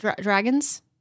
Dragons